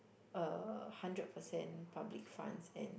uh hundred percent public funds and